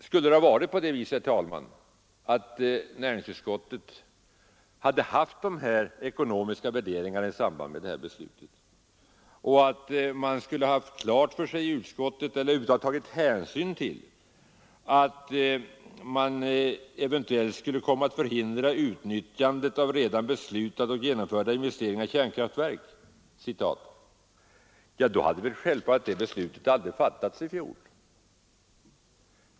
Skulle det vara på det viset, herr talman, att näringsutskottets medlemmar haft ekonomiska värderingar i samband med beslutet och att man tagit hänsyn till att man eventuellt skulle komma att förhindra utnyttjandet av redan beslutade och genomförda investeringar i kärn kraftverk, ja, då hade självfallet det beslutet aldrig fattats i fjol.